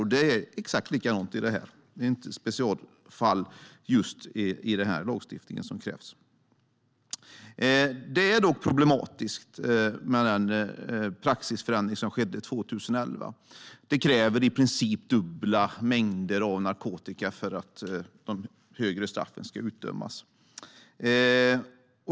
Det är exakt likadant i det här; just den här lagstiftningen är inget specialfall. Det är dock problematiskt med den praxisförändring som skedde 2011. Det krävs i princip dubbla mängder narkotika för att de högre straffen ska utdömas.